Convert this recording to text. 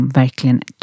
verkligen